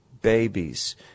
babies